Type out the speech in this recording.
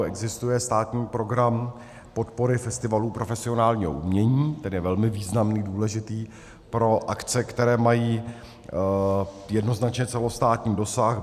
Existuje státní Program podpory festivalů profesionálního umění, který je velmi významný, důležitý pro akce, které mají jednoznačně celostátní dosah.